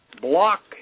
block